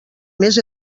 més